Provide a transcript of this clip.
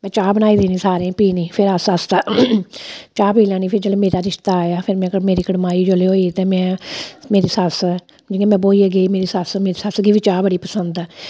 में चाह् बनाई देनी सारें गी पीने गी फिर आस्ता आस्ता चाह् पी लैनी फिर जेल्लै मेरा रिश्ता आया फिर मतलब मेरी कड़माई जेल्लै होई ते में मेरी सस्स जि'यां में ब्होइयै गेई मेरी सस्स मेरी सस्स गी बी चाह् बड़ी पसंद ऐ